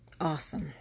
awesome